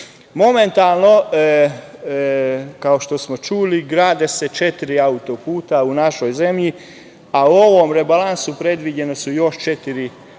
Momentalno, kao što smo čuli, grade se četiri auto-puta u našoj zemlji, a u ovom rebalansu predviđena je gradnja još četiri auto-puta,